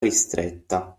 ristretta